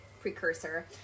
precursor